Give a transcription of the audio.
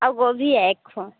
और गोभी है एक फो